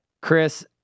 Chris